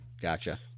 Gotcha